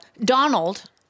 Donald –